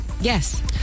Yes